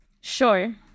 Sure